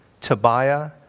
Tobiah